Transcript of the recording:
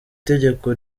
tegeko